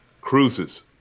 Cruises